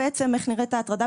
בדיעבד,